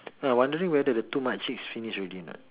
now I wondering the two makciks finish already or not